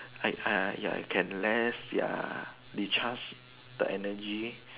I I I can rest ya recharge the energy